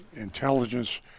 intelligence